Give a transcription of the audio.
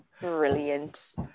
brilliant